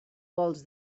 vols